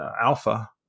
Alpha